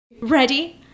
Ready